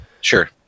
Sure